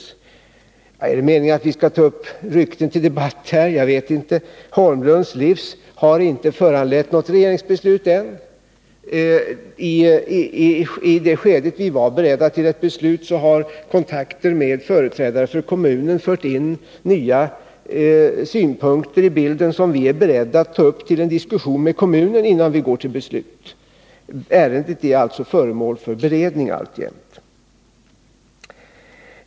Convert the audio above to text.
Jag vet inte om det är meningen att vi skall ta upp rykten till debatt här i kammaren, men jag vill säga att det här ärendet ännu inte har föranlett något regeringsbeslut. När vi var i det skede då vi var beredda att ta ett beslut fördes, genom kontakter med företrädare för kommunen, in nya synpunkter i bilden som gjort att vi vill ta upp ytterligare diskussioner med kommunen innan vi går till beslut. Ärendet är alltså alltjämt föremål för beredning.